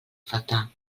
faltar